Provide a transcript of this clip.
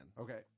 Okay